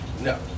No